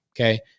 Okay